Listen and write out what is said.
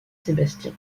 sébastien